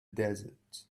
desert